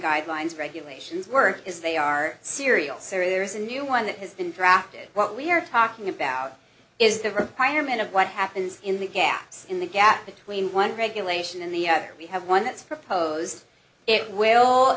guidelines regulations work is they are serial sarah there is a new one that has been drafted what we're talking about is the requirement of what happens in the gaps in the gap between one regulation and the other we have one that's proposed it will